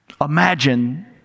imagine